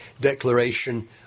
declaration